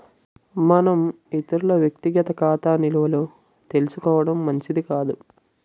మనం ఇతరుల వ్యక్తిగత ఖాతా నిల్వలు తెలుసుకోవడం మంచిది కాదు